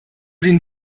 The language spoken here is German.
den